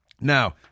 Now